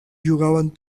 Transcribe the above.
jugaven